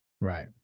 Right